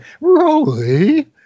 Rolly